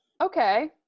Okay